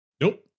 Nope